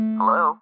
Hello